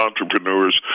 entrepreneurs